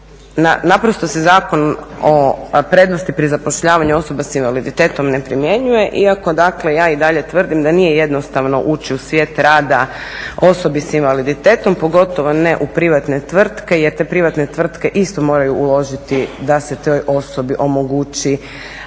Naprosto se Zakon o prednosti pri zapošljavanju osoba s invaliditetom ne primjenjuje, iako ja i dalje tvrdim da nije jednostavno ući u svijet rada osobi s invaliditetom, pogotovo ne u privatne tvrtke jer te privatne tvrtke isto moraju uložiti da se toj osobi omogući